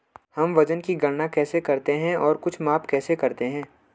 हम वजन की गणना कैसे करते हैं और कुछ माप कैसे करते हैं?